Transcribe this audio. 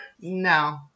no